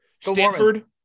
Stanford